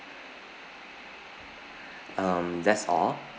um that's all